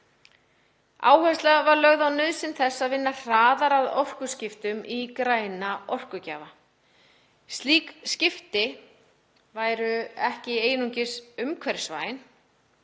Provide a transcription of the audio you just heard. Áhersla var lögð á nauðsyn þess að vinna hraðar að orkuskiptum í græna orkugjafa. Slík skipti væru ekki einungis umhverfisvæn